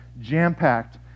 jam-packed